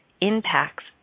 impacts